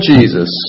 Jesus